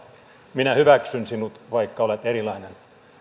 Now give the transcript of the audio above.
minä hyväksyn sinut vaikka olet erilainen